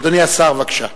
אדוני השר, בבקשה.